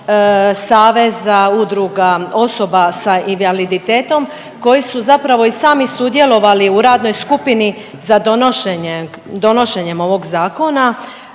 saveza udruga osoba sa invaliditetom koji su zapravo i sami sudjelovali u radnoj skupini za donošenje, donošenjem